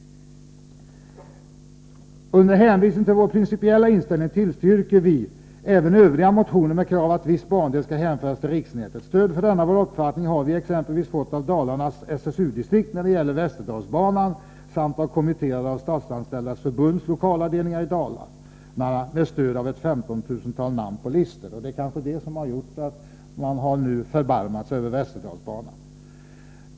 Under hänvisning till vår principiella inställning tillstyrker vi även övriga motioner med krav att viss bandel skall hänföras till riksnätet. Stöd för denna vår uppfattning har vi exempelvis fått av Dalarnas SSU-distrikt när det gäller Västerdalsbanan samt av kommitterade inom Statsanställdas förbunds lokalavdelningar i Dalarna, med stöd av ca 15 000 namn på listor. Det är kanske detta som gjort att regeringen nu förbarmat sig när det gäller Västerdalsbanan.